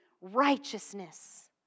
righteousness